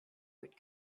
would